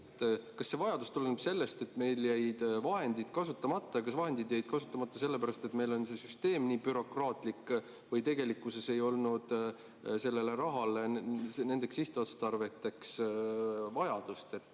Kas see vajadus tuleneb sellest, et meil jäid vahendid kasutamata, ja vahendid jäid kasutamata sellepärast, et meil on see süsteem nii bürokraatlik? Või tegelikkuses ei olnud sellele rahale nendeks sihtotstarveteks vajadust? Ja